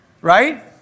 Right